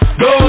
go